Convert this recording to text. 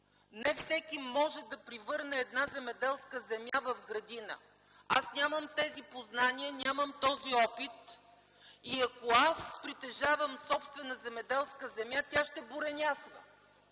Не всеки може да превърне една земеделска земя в градина. Аз нямам тези познания, нямам този опит. Ако аз притежавам собствена земеделска земя, тя ще буренясва.